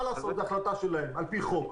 מה לעשות זאת ההחלטה שלהם, לפי החוק.